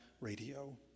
radio